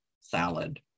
salad